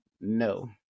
no